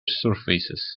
surfaces